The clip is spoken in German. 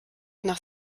nach